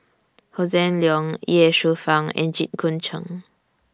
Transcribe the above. Hossan Leong Ye Shufang and Jit Koon Ch'ng